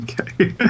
Okay